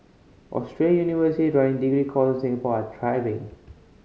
Australian running degree course in Singapore are thriving